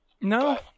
No